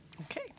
Okay